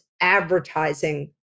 advertising